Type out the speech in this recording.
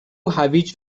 هویج